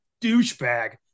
douchebag